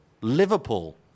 Liverpool